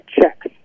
checks